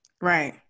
right